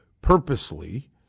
purposely